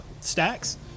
stacks